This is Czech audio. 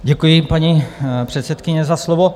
Děkuji, paní předsedkyně, za slovo.